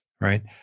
Right